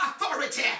authority